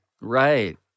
Right